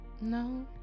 No